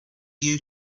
you